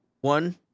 one